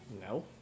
No